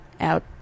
out